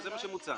זה מה שמוצע.